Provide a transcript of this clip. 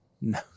No